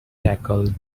tackled